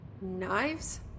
knives